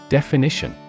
Definition